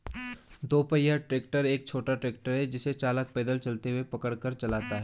दो पहिया ट्रैक्टर एक छोटा ट्रैक्टर है जिसे चालक पैदल चलते हुए पकड़ कर चलाता है